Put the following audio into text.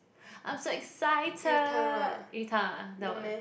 I'm so excited 鱼汤 ah